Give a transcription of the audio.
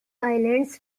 islands